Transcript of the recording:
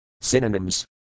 Synonyms